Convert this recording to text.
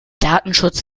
datenschutz